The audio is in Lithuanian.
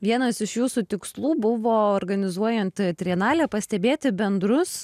vienas iš jūsų tikslų buvo organizuojant trienalę pastebėti bendrus